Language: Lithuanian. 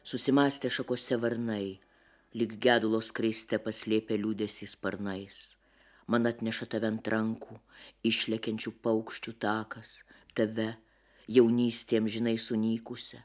susimąstę šakose varnai lyg gedulo skraiste paslėpę liūdesį sparnais man atneša tave ant rankų išlekiančių paukščių takas tave jaunystė amžinai sunykusią